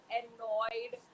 annoyed